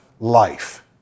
life